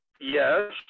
yes